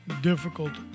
difficult